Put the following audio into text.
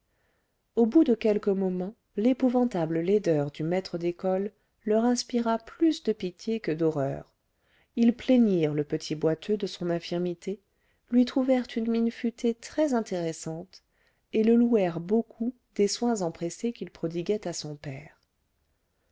au bout de quelques moments l'épouvantable laideur du maître d'école leur inspira plus de pitié que d'horreur ils plaignirent le petit boiteux de son infirmité lui trouvèrent une mine futée très intéressante et le louèrent beaucoup des soins empressés qu'il prodiguait à son père